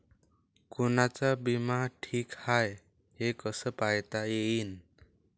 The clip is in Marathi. कोनचा बिमा ठीक हाय, हे कस पायता येईन?